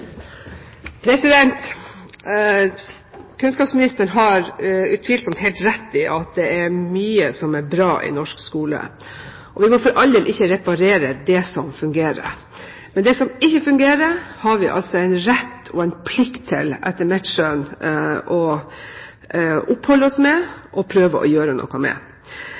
mye som er bra i norsk skole, og vi må for all del ikke reparere det som fungerer. Men det som ikke fungerer, har vi etter mitt skjønn en rett og en plikt til å oppholde oss med og prøve å gjøre noe med.